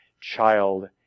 child